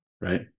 right